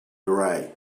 dry